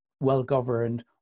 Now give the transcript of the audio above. well-governed